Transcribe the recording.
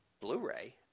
Blu-ray